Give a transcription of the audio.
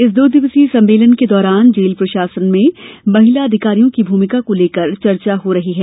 इस दो दिवसीय सम्मेलन के दौरान जेल प्रशासन में महिला अधिकारियों की भूमिका को लेकर चर्चा हो रही है